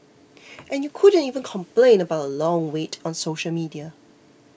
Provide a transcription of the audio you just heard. and you couldn't even complain about long wait on social media